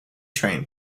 train